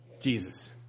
Jesus